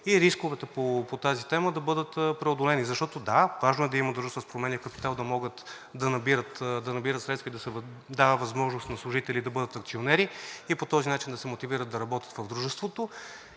и рисковете по тази тема да бъдат преодолени. Защото, да, важно е да има дружества с променлив капитал да могат да набират средства и да се дава възможност на служители да бъдат акционери и по този начин да се мотивират да работят в дружеството,